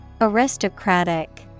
Aristocratic